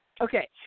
Okay